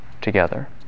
together